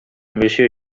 monsieur